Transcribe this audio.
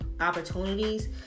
opportunities